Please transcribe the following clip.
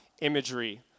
imagery